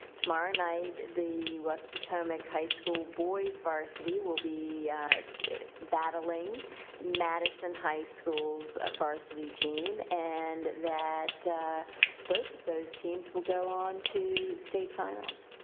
tomorrow night, night, the west potomac high school boys varsity will be battling madison high school's ah varsity team and that both of those teams will go on to state finals.